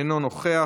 אינו נוכח,